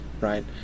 Right